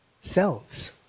selves